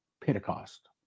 Pentecost